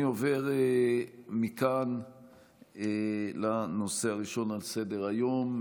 אני עובר מכאן לנושא הראשון על סדר-היום,